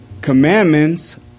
Commandments